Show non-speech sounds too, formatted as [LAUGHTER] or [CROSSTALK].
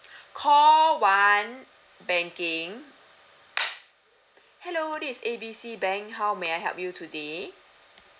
[BREATH] call one banking hello this is A B C bank how may I help you today